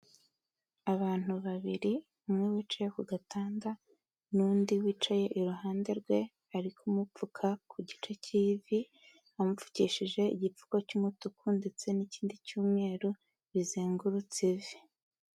Abantu babiri, umwe wicaye ku gatanda n'undi wicaye iruhande rwe, bari kumupfuka ku gice cy'ivi, bamupfukishije igipfuko cy'umutuku ndetse n'ikindi cy'umweru, bizengurutse ivi.